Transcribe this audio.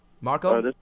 Marco